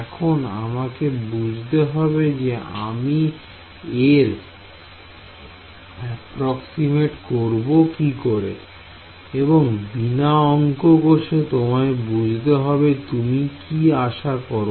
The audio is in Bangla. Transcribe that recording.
এখন আমাকে বুঝতে হবে যে আমি এর অ্যাপ্রক্সিমেট করব কি করে এবং বিনা অংক কষে তোমায় বুঝতে হবে তুমি কি আশা করো